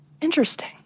Interesting